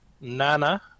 Nana